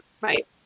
right